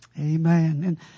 Amen